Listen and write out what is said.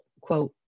quote